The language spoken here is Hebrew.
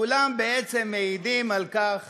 הם כולם בעצם מעידים על כך